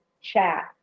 chat